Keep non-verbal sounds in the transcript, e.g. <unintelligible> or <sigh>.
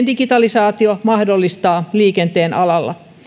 <unintelligible> digitalisaatio mahdollistaa liikenteen alalla